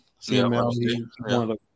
CML